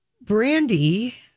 Brandy